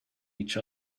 each